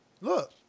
Look